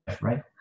right